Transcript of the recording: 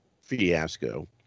fiasco